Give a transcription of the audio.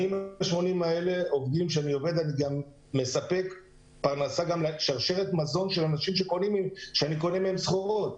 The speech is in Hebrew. מעבר לעובדים שלי אני מספק פרנסה גם לאנשים שאני קונה מהם סחורה,